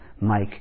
Mike